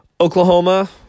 Oklahoma